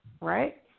Right